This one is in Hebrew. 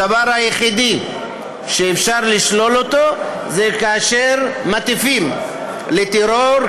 הדבר היחיד שאפשר לשלול אותו זה כאשר מטיפים לטרור,